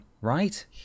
right